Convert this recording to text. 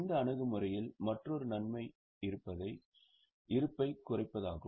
இந்த அணுகுமுறையில் மற்றொரு நன்மை இருப்பை குறைப்பதாகும்